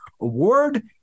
award